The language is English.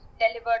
delivered